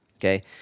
okay